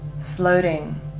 floating